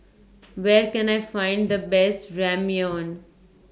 Where Can I Find The Best Ramyeon